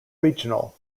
regional